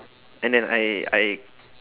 and then I I